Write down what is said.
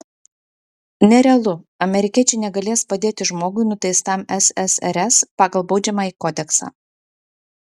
nerealu amerikiečiai negalės padėti žmogui nuteistam ssrs pagal baudžiamąjį kodeksą